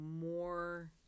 more